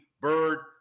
Bird